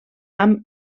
amb